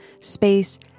space